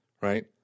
right